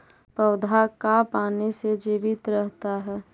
पौधा का पाने से जीवित रहता है?